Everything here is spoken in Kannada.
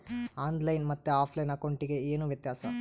ಆನ್ ಲೈನ್ ಮತ್ತೆ ಆಫ್ಲೈನ್ ಅಕೌಂಟಿಗೆ ಏನು ವ್ಯತ್ಯಾಸ?